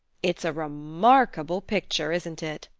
it's a remarkable picture, isn't it?